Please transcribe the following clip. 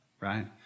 right